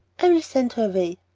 i'll send her away.